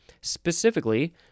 specifically